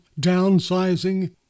downsizing